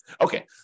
Okay